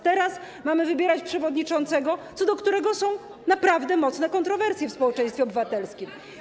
Teraz mamy wybierać przewodniczącego, odnośnie do którego są naprawdę mocne kontrowersje w społeczeństwie obywatelskim.